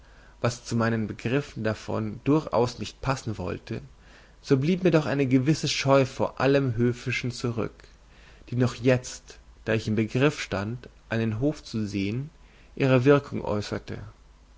was zu meinen begriffen davon durchaus nicht passen wollte so blieb mir doch eine gewisse scheu vor allem höfischen zurück die noch jetzt da ich im begriff stand einen hof zu sehen ihre wirkung äußerte